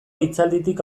hitzalditik